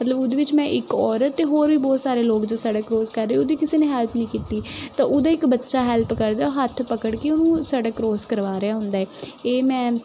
ਮਤਲਬ ਉਹਦੇ ਵਿੱਚ ਮੈਂ ਇੱਕ ਔਰਤ ਅਤੇ ਹੋਰ ਵੀ ਬਹੁਤ ਸਾਰੇ ਲੋਕ ਜੋ ਸੜਕ ਕਰੋਸ ਕਰ ਰਹੇ ਉਹਦੀ ਕਿਸੇ ਨੇ ਹੈਲਪ ਨਹੀਂ ਕੀਤੀ ਤਾਂ ਉਹਦਾ ਇੱਕ ਬੱਚਾ ਹੈਲਪ ਕਰਦਾ ਹੱਥ ਪਕੜ ਕੇ ਉਹਨੂੰ ਸੜਕ ਕਰੋਸ ਕਰਵਾ ਰਿਹਾ ਹੁੰਦਾ ਇਹ ਮੈਂ